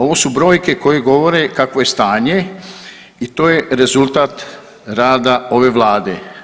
Ovo su brojke koje govore kakvo je stanje i to je rezultat rada ove Vlade.